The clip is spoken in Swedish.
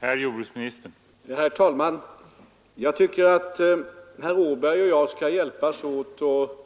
Herr talman! Jag tycker att herr Åberg och jag skall hjälpas åt att